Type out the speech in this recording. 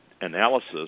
analysis